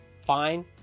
fine